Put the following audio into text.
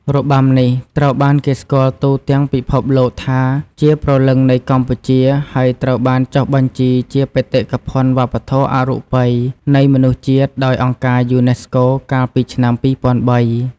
របាំនេះត្រូវបានគេស្គាល់ទូទាំងពិភពលោកថាជា "ព្រលឹងនៃកម្ពុជា" ហើយត្រូវបានចុះបញ្ជីជា បេតិកភណ្ឌវប្បធម៌អរូបីនៃមនុស្សជាតិ ដោយអង្គការយូណេស្កូ កាលពីឆ្នាំ ២០០៣។